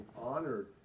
honored